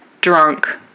drunk